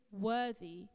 worthy